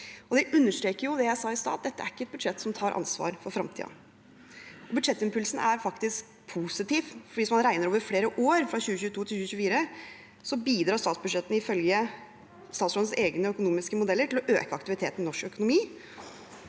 Det understreker det jeg sa i stad, at dette er ikke et budsjett som tar ansvar for fremtiden. Budsjettimpulsen er faktisk positiv, for hvis man regner over flere år, fra 2022 til 2024, så bidrar statsbudsjettene, ifølge statsråd ens egne økonomiske modeller, til å øke aktiviteten i norsk økonomi,